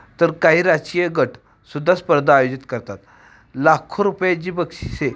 तर काही राजकीय गटसुद्धा स्पर्धा आयोजित करतात लाखो रुपयाची बक्षीसे